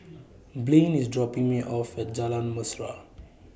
Blane IS dropping Me off At Jalan Mesra